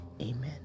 Amen